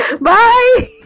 bye